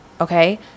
okay